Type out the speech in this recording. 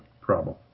problem